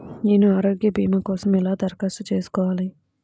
నేను ఆరోగ్య భీమా కోసం ఎలా దరఖాస్తు చేసుకోవాలి?